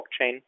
blockchain